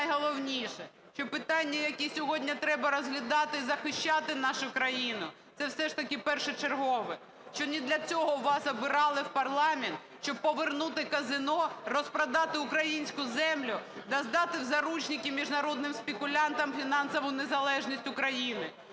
найголовніше, що питання, яке сьогодні треба розглядати, захищати нашу країну, це все ж таки першочергове, що не для цього вас обирали в парламент, щоб повернути казино, розпродати українську землю та здати в заручники міжнародним спекулянтам фінансову незалежність України,